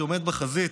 שעומד בחזית,